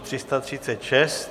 336.